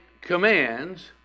commands